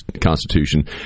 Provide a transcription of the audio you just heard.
Constitution